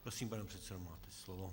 Prosím, pane předsedo, máte slovo.